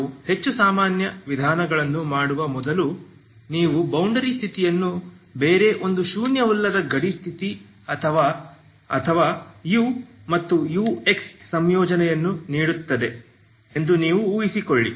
ನಾನು ಹೆಚ್ಚು ಸಾಮಾನ್ಯ ವಿಧಾನಗಳನ್ನು ಮಾಡುವ ಮೊದಲು ನೀವು ಬೌಂಡರಿ ಸ್ಥಿತಿಯನ್ನು ಬೇರೆ ಒಂದು ಶೂನ್ಯವಲ್ಲದ ಗಡಿ ಸ್ಥಿತಿ ಅಥವಾ ಅಥವಾ u ಮತ್ತು ux ಸಂಯೋಜನೆಯನ್ನು ನೀಡಿದ್ದೇನೆ ಎಂದು ನೀವು ಊಹಿಸಿಕೊಳ್ಳಿ